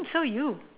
so you